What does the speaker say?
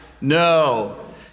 No